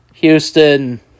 Houston